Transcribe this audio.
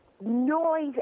noise